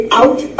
out